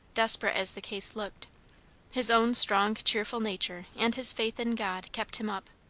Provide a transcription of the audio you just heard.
desperate as the case looked his own strong cheerful nature and his faith in god kept him up.